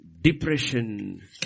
depression